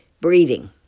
breathing